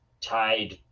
tied